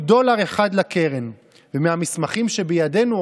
הרי זכות השיבה, מה אמר איימן עודה?